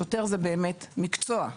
שוטר זה באמת מקצוע,